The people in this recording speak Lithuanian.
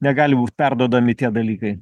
negali būt perduodami tie dalykai